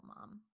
mom